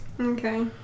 Okay